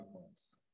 points